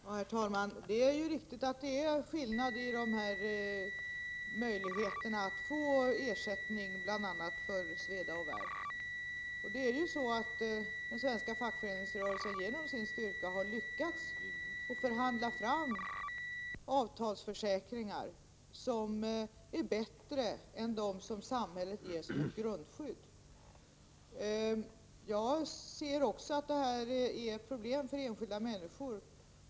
Herr talman! Det är riktigt att det är skillnad i möjligheterna att få ersättning för bl.a. sveda och värk. Den svenska fackföreningsrörelsen har genom sin styrka lyckats förhandla fram avtalsförsäkringar som är bättre än dem som samhället ger som ett grundskydd. Jag inser att detta kan vara ett problem för enskilda människor.